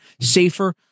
safer